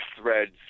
threads